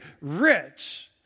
rich